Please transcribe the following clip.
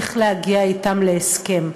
וצריך להגיע אתם להסכם,